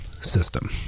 system